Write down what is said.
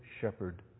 shepherd